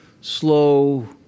slow